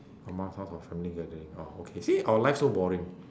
your mum's house or family gathering oh okay see our life so boring